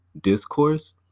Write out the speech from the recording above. Discourse